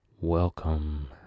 welcome